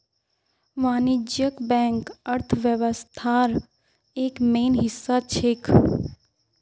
वाणिज्यिक बैंक अर्थव्यवस्थार एक मेन हिस्सा छेक